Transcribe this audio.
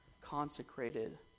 consecrated